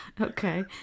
Okay